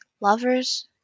lovers